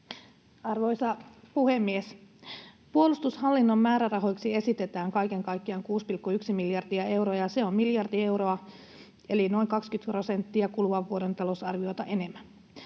Arvoisa puhemies! Puolustushallinnon määrärahoiksi esitetään kaiken kaikkiaan 6,1 miljardia euroa, ja se on miljardi euroa eli noin 20 prosenttia kuluvan vuoden talousarviota enemmän.